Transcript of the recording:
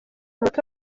umutwe